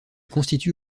constitue